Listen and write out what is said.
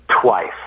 twice